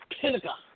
pentagon